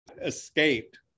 escaped